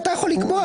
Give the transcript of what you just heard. אתה יכול לקבוע,